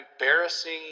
embarrassing